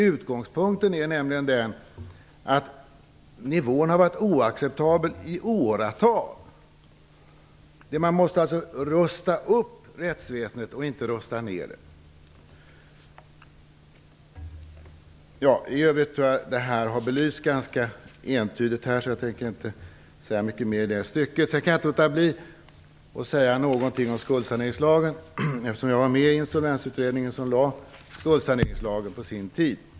Utgångspunkten är nämligen den, att nivån har varit oacceptabel i åratal. Man måste alltså rusta upp rättsväsendet och inte rusta ner det. I övrigt har detta belysts ganska entydigt här, så jag tänker inte säga mycket mer i det stycket. Jag kan inte låta bli att säga någonting om skuldsaneringslagen, eftersom jag var med i Insolvensutredningen som lade fram förslaget om skuldsaneringslagen på sin tid.